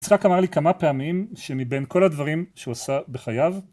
יצחק אמר לי כמה פעמים שאני בין כל הדברים שהוא עשה בחייו